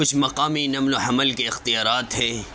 کچھ مقامی نقل و حمل کے اختیارات ہیں